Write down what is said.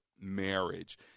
marriage